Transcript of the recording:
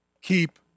keep